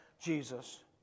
Jesus